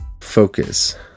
focus